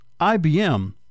IBM